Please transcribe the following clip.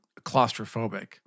claustrophobic